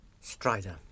Strider